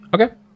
Okay